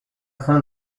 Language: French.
fin